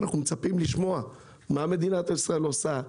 אנחנו מצפים לשמוע מה מדינת ישראל עושה,